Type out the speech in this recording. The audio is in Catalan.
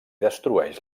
destrueix